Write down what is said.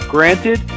Granted